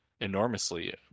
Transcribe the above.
enormously